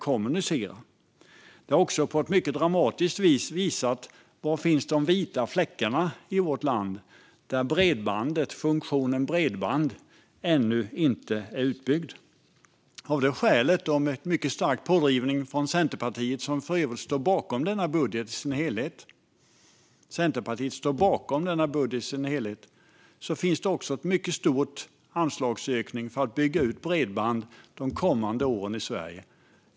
Detta har också på ett mycket dramatiskt vis visat var de vita fläckarna i vårt land finns, där bredbandet ännu inte är utbyggt. Av detta skäl och med stark pådrivning av Centerpartiet, som för övrigt står bakom denna budget i dess helhet, finns det också en stor anslagsökning för att bygga ut bredband i Sverige under de kommande åren.